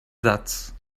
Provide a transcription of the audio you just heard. satz